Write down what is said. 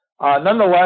nonetheless